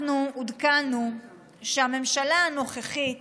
אנחנו עודכנו שהממשלה הנוכחית